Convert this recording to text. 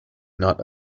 not